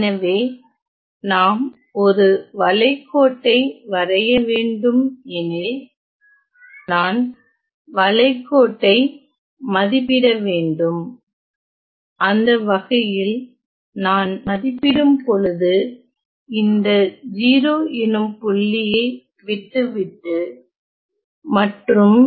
எனவே நாம் ஒரு வளைகோட்டை வரைய வேண்டும் எனில் நான் வளைகோட்டை மதிப்பிட வேண்டும் அந்த வகையில் நான் மதிப்பிடும் பொழுது இந்த 0 எனும் புள்ளியை விட்டு விட்டு மற்றும்